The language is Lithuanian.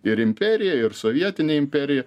ir imperija ir sovietinė imperija